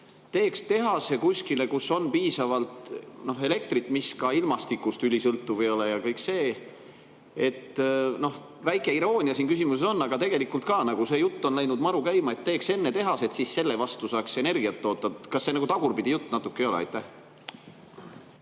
teeks tehase kuskile, kus on piisavalt elektrit, mis ei ole ilmastikust ülisõltuv, ja kõik see. Väike iroonia siin küsimuses on, aga tegelikult ka, selline jutt on läinud käima, et teeks enne tehased ja siis selle vastu saaks energiat toota. Kas see natuke nagu tagurpidine jutt ei ole? Jah,